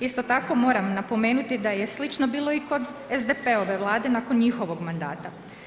Isto tako, moram napomenuti da je slično bilo i kod SDP-ove Vlade nakon njihovog mandata.